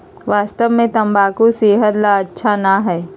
वास्तव में तंबाकू सेहत ला अच्छा ना है